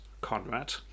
Conrad